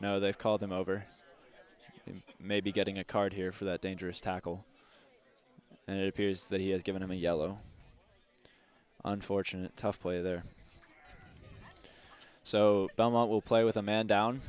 no they call them over you may be getting a card here for that dangerous tackle and it appears that he has given him a yellow unfortunate tough play there so belmont will play with a man down